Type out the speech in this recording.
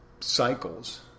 cycles